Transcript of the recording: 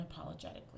unapologetically